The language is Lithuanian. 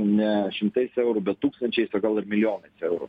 ne šimtais eurų bet tūkstančiais o gal ir milijonais eurų